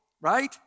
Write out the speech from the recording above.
right